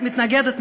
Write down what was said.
מתנגדת,